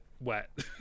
wet